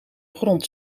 grond